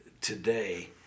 today